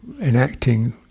enacting